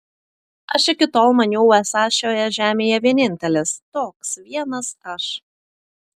aš iki tol maniau esąs šioje žemėje vienintelis toks vienas aš